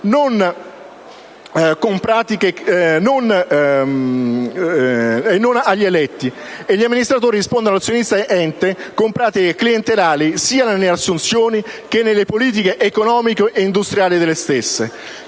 i non eletti e gli amministratori rispondono all'azionista ente con pratiche clientelari sia nelle assunzioni che nelle politiche economiche e industriali delle stesse.